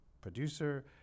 producer